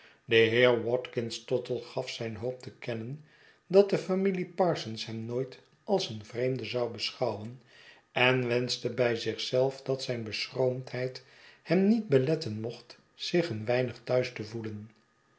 de heer watkins tottle gaf zijn hoop te kennen dat de familie parsons hem nooit als een vreemde zou beschouwen en wenschte bij zicli zelf dat zijn beschroomdheid hem niet beletten mocht zich een weinig thuis te voelen